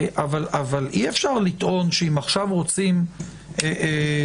אי-אפשר לטעון שאם רוצים שידברו עשרה אנשים,